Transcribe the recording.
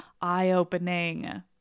eye-opening